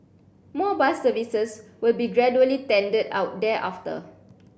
more bus services will be gradually tendered out thereafter